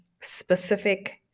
specific